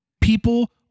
People